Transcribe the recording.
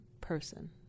person